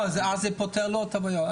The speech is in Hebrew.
כי אז זה פותר לו את הבעיה.